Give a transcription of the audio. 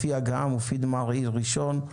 לפי הגעה: מופיד מרעי ראשון,